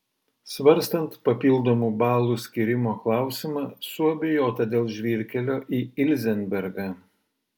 svarstant papildomų balų skyrimo klausimą suabejota dėl žvyrkelio į ilzenbergą